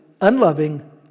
unloving